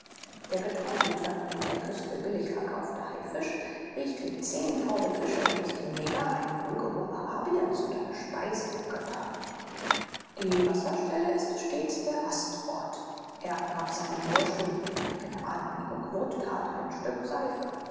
der getrocknete an der küste billig verkaufte haifisch riecht wie zehn faule fische und ist dem neger ein wohlgeruch arabiens und eine speise der götter die wasserstelle ist stets der rastort erb gab seinem burschen dem eine generalreinigung not tat ein stück seife